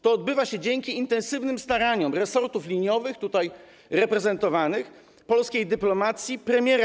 To odbywa się dzięki intensywnym staraniom resortów liniowych tutaj reprezentowanych, polskiej dyplomacji, w końcu premiera.